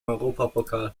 europapokal